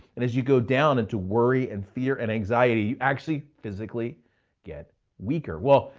and as you go down into worry and fear and anxiety, you actually physically get weaker. well,